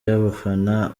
y’abafana